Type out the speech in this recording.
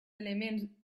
elements